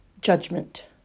Judgment